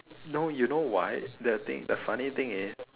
no you know why the thing the funny thing is